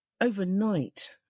overnight